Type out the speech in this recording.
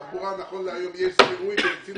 תודה.